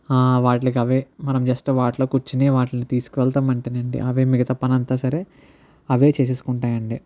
వాటికి అవే మనం జస్ట్ వాట్ల కూర్చుని వాటిని తీసుకువెళ్తాం అంతేనండి అవే మిగతా పని అంతా సరే అవే చేసేసుకుంటాయండి